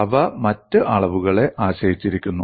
അവ മറ്റ് അളവുകളെ ആശ്രയിച്ചിരിക്കുന്നു